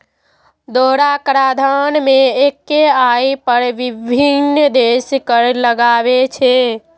दोहरा कराधान मे एक्के आय पर विभिन्न देश कर लगाबै छै